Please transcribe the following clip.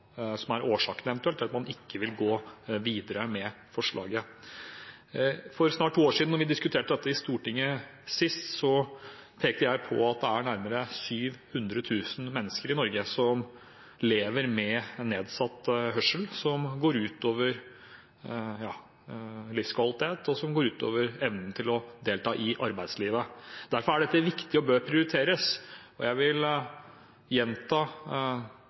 som er årsaken til at man eventuelt ikke vil gå videre med forslaget. For snart to år siden, da vi diskuterte dette i Stortinget sist, pekte jeg på at det er nærmere 700 000 mennesker i Norge som lever med nedsatt hørsel, som går ut over livskvaliteten, og som går ut over evnen til å delta i arbeidslivet. Derfor er dette viktig og bør prioriteres. Jeg vil gjenta